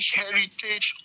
heritage